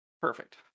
Perfect